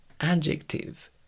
Adjective